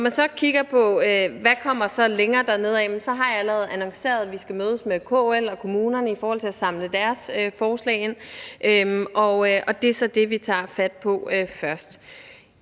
længere dernedad, så har jeg allerede annonceret, at vi skal mødes med KL og kommunerne for at samle deres forslag ind. Det er så det, vi tager fat på først.